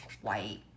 white